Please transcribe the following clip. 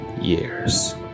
years